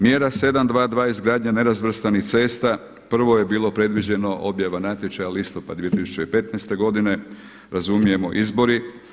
Mjera 7.2.2. izgradnja nerazvrstanih cesta, prvo je predviđeno objava natječaja, listopad 2015. godine, razumijemo izbori.